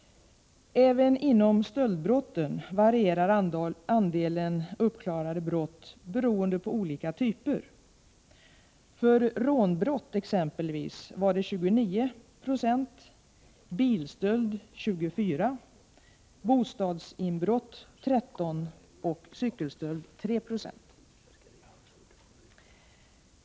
Även när det gäller stöldbrotten varierar andelen uppklarade brott beroende på olika typer. För rånbrott exempelvis var det 29 96, bilstöld 24 90, bostadsinbrott 13 20 och cykelstöld 3 96.